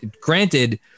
granted